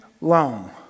long